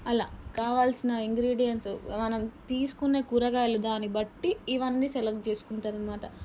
అలా కావాలసిన ఇంగ్రీడియంట్స్ మనం తీసుకునే కూరగాయలు దాన్ని బట్టి ఇవన్నీ సెలెక్ట్ చేసుకుంటారన్నమాట